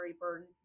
burden